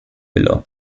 below